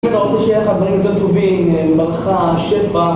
אם אתה רוצה שיהיה לך דברים יותר טובים, ברכה, שפע...